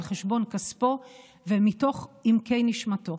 על חשבון כספו ומתוך עמקי נשמתו.